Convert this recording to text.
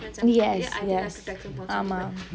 yes yes ஆமா:aama